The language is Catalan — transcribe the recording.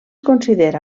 considera